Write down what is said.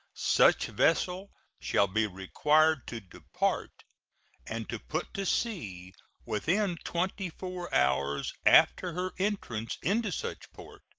such vessel shall be required to depart and to put to sea within twenty-four hours after her entrance into such port,